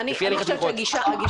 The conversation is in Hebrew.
לפי הליך התמיכות --- בסדר.